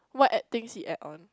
what add things he add on